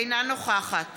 אינה נוכחת